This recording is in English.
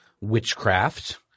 witchcraft